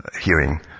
hearing